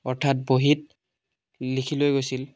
অৰ্থাৎ বহীত লিখি লৈ গৈছিল